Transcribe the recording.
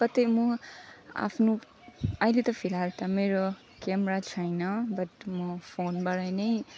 कतै म आफ्नो अहिले त फिलहाल त मेरो क्यामेरा छैन बट म फोनबाट नै